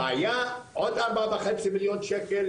הבעיה היא שאני לא יודע מאיפה להביא עוד 4,500,000 ₪.